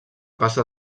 passa